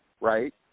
right